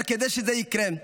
אבל כדי שזה יקרה,